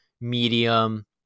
medium